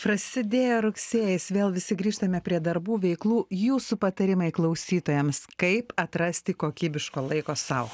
prasidėjo rugsėjis vėl visi grįžtame prie darbų veiklų jūsų patarimai klausytojams kaip atrasti kokybiško laiko sau